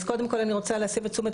אז קודם כל אני רוצה להסב את תשומת